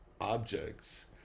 objects